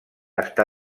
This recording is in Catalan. està